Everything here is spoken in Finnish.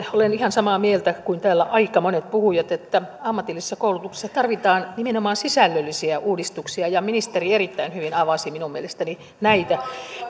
olen ihan samaa mieltä kuin täällä aika monet puhujat että ammatillisessa koulutuksessa tarvitaan nimenomaan sisällöllisiä uudistuksia ja ministeri erittäin hyvin avasi minun mielestäni näitä